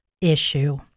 issue